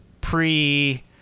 pre